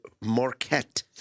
Marquette